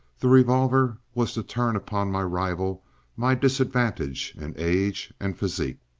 the revolver was to turn upon my rival my disadvantage in age and physique.